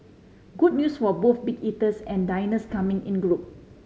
good news for both big eaters and diners coming in group